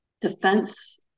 defense